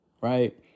right